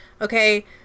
okay